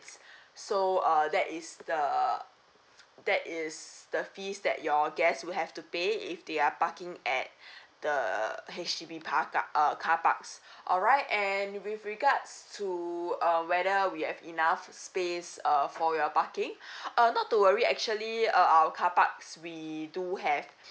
so uh that is the that is the fees that your guest will have to pay if they are parking at the H_D_B park uh car park alright and with regards to uh whether we have enough space uh for your parking uh not to worry actually uh our car park we do have